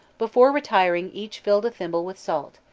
before retiring each filled a thimble with salt,